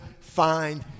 find